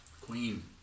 queen